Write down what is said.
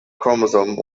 chromosome